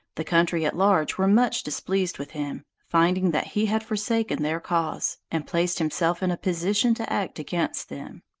the country at large were much displeased with him, finding that he had forsaken their cause, and placed himself in a position to act against them.